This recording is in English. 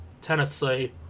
Tennessee